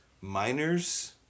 miners